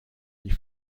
die